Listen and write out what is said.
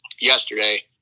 yesterday